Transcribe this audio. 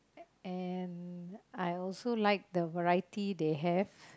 and I also like the variety they have